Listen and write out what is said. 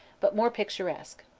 but more picturesque.